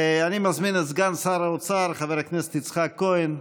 אני מזמין את סגן שר האוצר חבר הכנסת יצחק כהן,